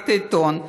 לסגירת העיתון.